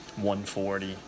140